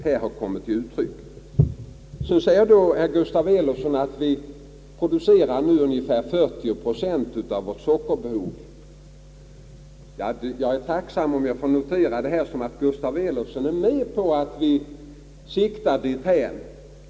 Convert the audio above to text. Herr Gustaf Elofsson sade att vi producerar ungefär 40 procent av vårt sockerbehov. Jag är tacksam, om jag får notera att herr Elofsson är med på att vi siktar dithän.